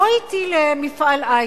בוא אתי למפעל היי-טק.